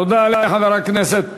תודה לחבר הכנסת